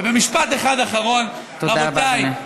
ובמשפט אחד אחרון: רבותיי,